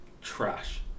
trash